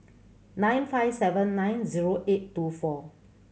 nine five seven nine zero eight two four